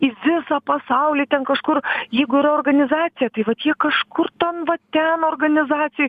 į visą pasaulį ten kažkur jeigu yra organizacija tai vat jie kažkur ten va ten organizacijoj